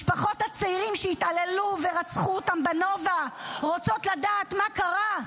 משפחות הצעירים שהתעללו בהם ורצחו אותם בנובה רוצות לדעת מה קרה,